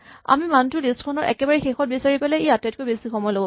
আমি মানটো লিষ্ট খনৰ একেবাৰে শেষত বিচাৰি পালে ই আটাইতকৈ বেছি সময় ল'ব পাৰে